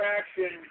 action